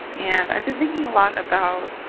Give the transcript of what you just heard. and i've been thinking a lot about